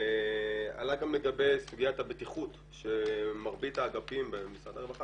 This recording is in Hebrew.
עלה גם לגבי סוגיית הבטיחות שמרבית האגפים במשרד הרווחה